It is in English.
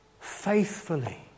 Faithfully